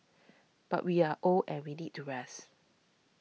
but we are old and we need to rest